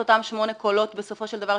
את מפסידה את הזמן שלך.